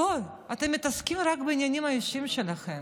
בואו, אתם מתעסקים רק בעניינים האישיים שלכם.